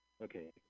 Okay